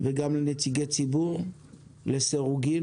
וגם לנציגי ציבור לסירוגין.